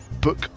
book